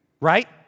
right